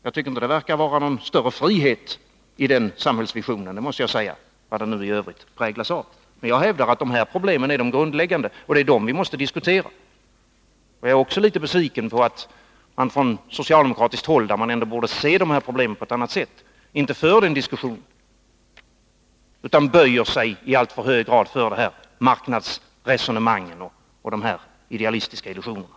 Det verkar inte vara någon större frihet i den samhällsvisionen. Det måste jag säga, vad den nu i övrigt präglas av. Jag hävdar att detta problem är det grundläggande och dem vi måste diskutera. Jag är också litet besviken över att man från socialdemokratiskt håll, där man ändå borde se dessa problem på ett annat sätt, inte för den diskussionen utan i alltför hög grad böjer sig för marknadsresonemangen och de idealistiska illusionerna.